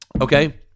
Okay